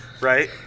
Right